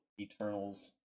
Eternals